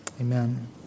Amen